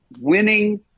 winning